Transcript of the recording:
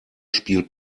spielt